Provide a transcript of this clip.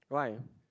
why